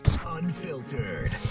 Unfiltered